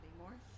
anymore